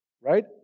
right